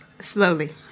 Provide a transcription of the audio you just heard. slowly